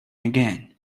again